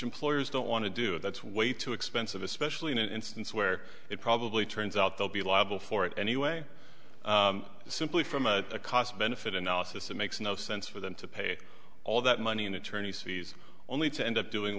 employers don't want to do and that's way too expensive especially in an instance where it probably turns out they'll be liable for it anyway simply from a cost benefit analysis it makes no sense for them to pay all that money in attorney's fees only to end up doing